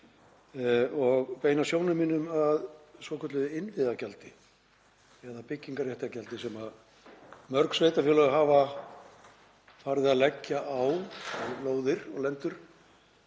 að beina sjónum að svokölluðu innviðagjaldi eða byggingarréttargjaldi sem mörg sveitarfélög hafa farið að leggja á lóðir og lendur.